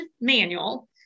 manual